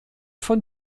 von